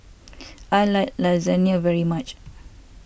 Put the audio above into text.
I like Lasagne very much